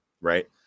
right